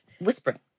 Whispering